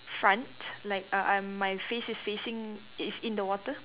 front like uh I'm my face is facing is in the water